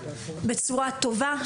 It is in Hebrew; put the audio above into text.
בצורה טובה,